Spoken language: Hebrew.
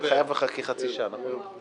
לוועדה למעמד האישה ושוויון מגדרי נתקבלה.